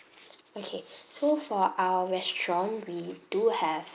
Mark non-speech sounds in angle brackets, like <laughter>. okay <breath> so for our restaurant we do have